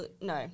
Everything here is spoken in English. No